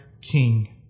king